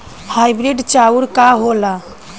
Hybrid चाउर का होला?